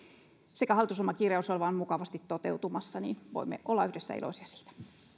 ja hallitusohjelmakirjaus näyttäisivät olevan mukavasti toteutumassa ja voimme olla yhdessä iloisia siitä